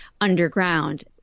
underground